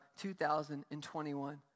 2021